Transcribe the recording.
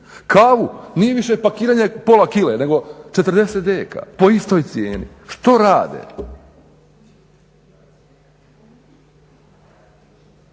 Kavu nije više pakiranje pola kile nego 40dkg po istoj cijeni. Što rade?